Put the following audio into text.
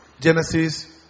Genesis